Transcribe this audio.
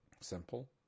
simple